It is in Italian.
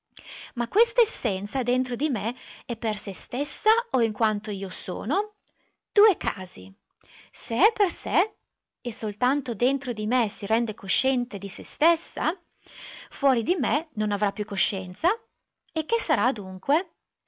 ma questa essenza dentro di me è per se stessa o in quanto io sono due casi se è per sé e soltanto dentro di me si rende cosciente di se stessa fuori di me non avrà più coscienza e che sarà dunque